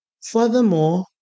Furthermore